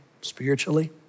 spiritually